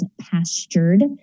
pastured